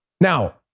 Now